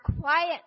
quiet